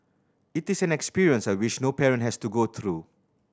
it is an experience I wish no parent has to go through